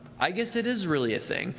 i guess it is really a thing.